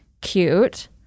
cute